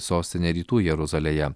sostine rytų jeruzalėje